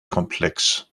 komplex